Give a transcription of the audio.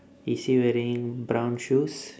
is he wearing brown shoes